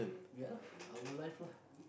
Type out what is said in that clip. ya lah our life lah